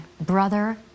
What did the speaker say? brother